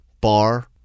bar